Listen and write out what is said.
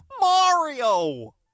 Mario